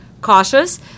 cautious